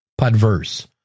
Podverse